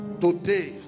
Today